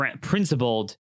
principled